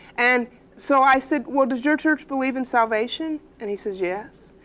and so i said, well does your church believe in salvation? and he said, yes.